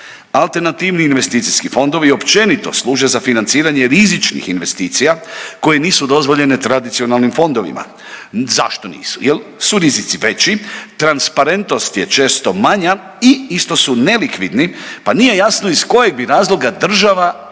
Alternativni investicijski fondovi općenito služe za financiranje rizičnih investicija koje nisu dozvoljene tradicionalnim fondovima. Zašto nisu? Jer su rizici već, transparentnost je često manja i isto su nelikvidni pa nije jasno iz kojeg bi razloga država jamčila